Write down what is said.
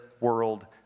world